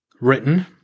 written